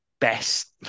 best